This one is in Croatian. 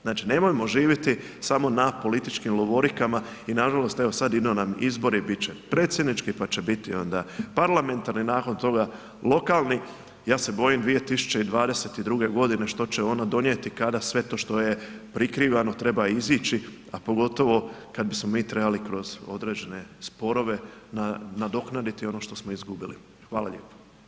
Znači nemojmo živjeti samo na političkim lovorikama i nažalost, evo sad idu nam izbori, bit će predsjednički pa će biti onda parlamentarni, nakon toga lokalni, ja se bojim 2022.g. što će ona donijeti kada sve to što je prikrivano, treba izići a pogotovo kad bismo mi trebali kroz određene sporove nadoknaditi ono što smo izgubili, hvala lijepo.